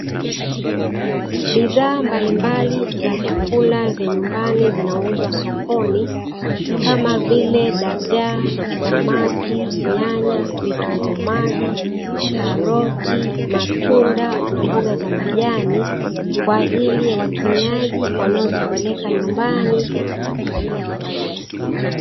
Bidhaa mbalimbali za vyakula ya nyumbani zinauzwa sokoni, kama vile: dagaa, samaki, nyanya, vitunguu maji, karoti, matunda, na mboga za majani, kwa ajili ya watumiaji wanaozipeleka nyumbani.